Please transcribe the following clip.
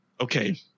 okay